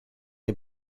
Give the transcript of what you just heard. est